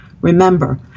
Remember